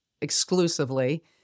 exclusively